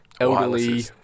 elderly